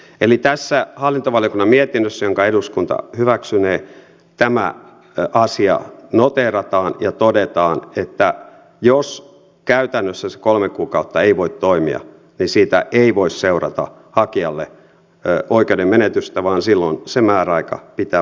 eli tässä hallintovaliokunnan mietinnössä jonka eduskunta hyväksynee tämä asia noteerataan ja todetaan että jos käytännössä se kolme kuukautta ei voi toimia niin siitä ei voi seurata hakijalle oikeuden menetystä vaan silloin se määräaika pitää voida ylittää